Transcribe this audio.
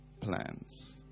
plans